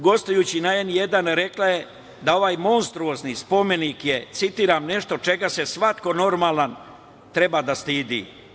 Gostujući na N1 rekla je da ovaj monstruozni spomenik je, citiram – nešto čega se svako normalan treba da stidi.